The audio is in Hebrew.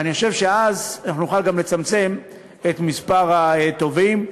אני חושב שכך אנחנו נוכל גם לצמצם את מספר הטובעים.